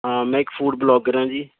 ਹਾਂ ਮੈਂ ਇੱਕ ਫੂਡ ਬਲੋਗਰ ਹਾਂ ਜੀ